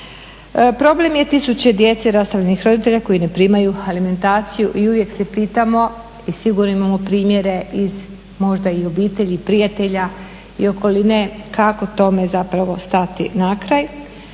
Problem je tisuće djece rastavljenih roditelja koji ne primaju alimentaciju i uvijek se pitamo i sigurno imamo primjere iz možda i obitelji, prijatelja i okoline kako tome zapravo stati na kraj.